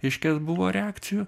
reiškias buvo reakcijų